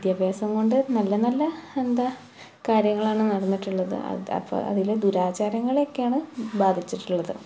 വിദ്യാഭ്യാസം കൊണ്ട് നല്ല നല്ല എന്താണ് കാര്യങ്ങളാണ് നടന്നിട്ടുള്ളത് അത് അപ്പോൾ അതിൽ ദുരാചാരങ്ങൾ ഒക്കെയാണ് ബാധിച്ചിട്ടുള്ളത്